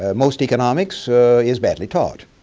ah most economics is badly taught.